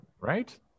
right